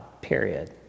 period